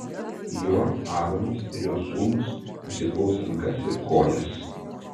juo aaronas ir jo sūnūs nusiplaus rankas ir kojas